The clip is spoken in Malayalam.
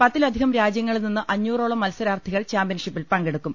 പത്തിലധികം രാജ്യങ്ങളിൽ നിന്ന് അഞ്ഞൂറോളം മത്സരാർത്ഥികൾ ചാമ്പ്യൻഷിപ്പിൽ പങ്കെ ടുക്കും